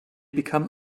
become